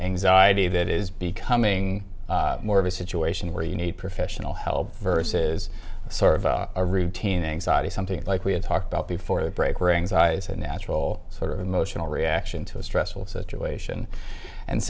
anxiety that is becoming more of a situation where you need professional help verse is sort of a routine anxiety something like we had talked about before the break rings eyes a natural sort of emotional reaction to a stressful situation and